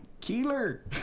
Keeler